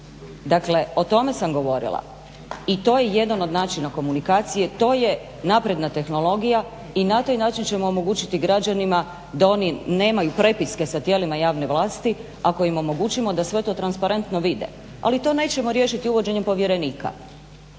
Dakle, o tome sam govorila i to je jedan od načina komunikacije, to je napredna tehnologija i na taj način ćemo omogućiti građanima da oni nemaju prepiske sa tijelima javne vlasti ako im omogućimo da sve to transparentno vide, ali to nećemo riješiti uvođenje povjerenika.